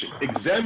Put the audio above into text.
Examine